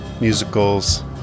musicals